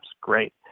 great